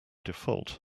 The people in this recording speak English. default